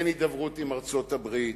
אין הידברות עם ארצות-הברית,